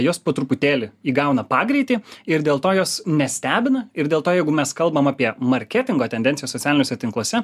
jos po truputėlį įgauna pagreitį ir dėl to jos nestebina ir dėl to jeigu mes kalbam apie marketingo tendencijas socialiniuose tinkluose